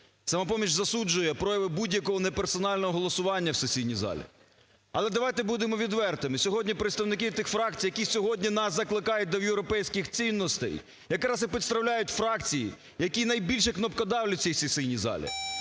"Самопоміч" засуджує прояви будь-якого не персонального голосування в сесійній залі. Але давайте будемо відвертими. Сьогодні представники тих фракцій, які сьогодні нас закликають до європейських цінностей, якраз і представляють фракції, які найбільше кнопкодавлять в цій сесійній залі.